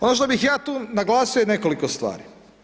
Ono što bih ja tu naglasio je nekoliko stvari.